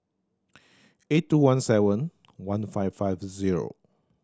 eight two one seven one five five zero